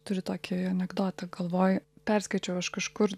turiu tokį anekdotą galvoj perskaičiau aš kažkur